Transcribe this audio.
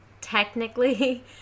technically